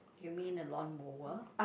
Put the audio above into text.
you mean a lawn mower